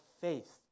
faith